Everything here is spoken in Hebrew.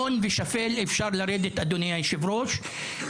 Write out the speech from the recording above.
ושפל אפשר לרדת, אדוני היושב-ראש?